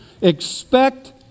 Expect